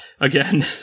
again